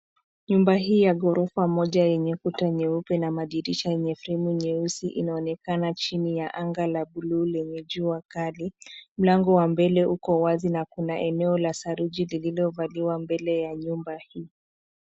Nyumba hii ya ghorofa moja yenye kuta nyeupe na madirisha yenye fremu nyeusi inaonekana chini ya anga la buluu lenye jua kali. Mlango wa mbele uko wazi na kuna eneo la saruji lililo valiwa mbele ya nyumba hii.